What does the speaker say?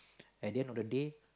at the end of the day